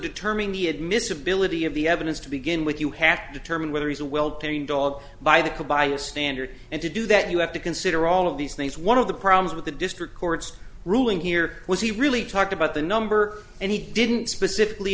determining the admissibility of the evidence to begin with you have to determine whether he's a well trained dog by the by a standard and to do that you have to consider all of these things one of the problems with the district court's ruling here was he really talked about the number and he didn't specifically